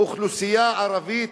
אוכלוסייה ערבית,